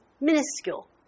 minuscule